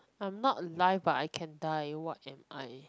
I'm not alive but I can die what am I